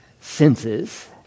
senses